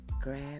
Grab